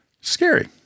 Scary